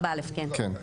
4(א), כן.